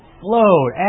float